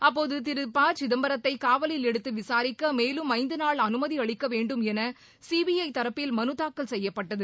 அப்போது திரு ப சிதம்பரத்தை காவலில் எடுத்து விசாரிக்க மேலும் ஐந்து நாள் அனுமதி அளிக்கவேண்டும் என சிபிஐ தரப்பில் மனு தாக்கல் செய்யப்பட்டது